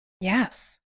Yes